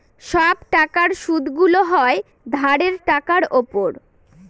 সব টাকার সুদগুলো হয় ধারের টাকার উপর